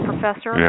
professor